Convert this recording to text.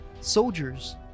soldiers